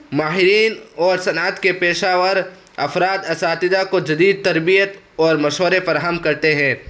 ماہرین اور صنعت کے پیشہ ور افراد اساتذہ کو جدید تربیت اور مشورے فراہم کرتے ہے